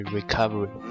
Recovery